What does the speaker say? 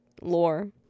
lore